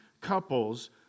couples